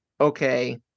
okay